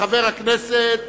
חבר הכנסת